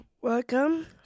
Welcome